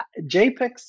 JPEGs